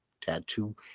tattoo